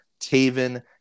Taven